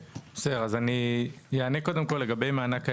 טוב, אז אני אענה קודם כל לגבי מענק האיזון.